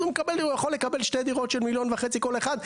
אז הוא יכול לקבל שתי דירות בשווי של מיליון וחצי כל אחת.